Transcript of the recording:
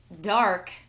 dark